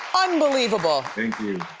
unbelievable. thank you.